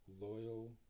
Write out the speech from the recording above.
loyal